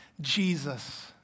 Jesus